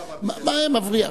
אמרתי: מי מרוויח